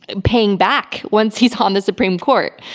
paying back once he's on the supreme court.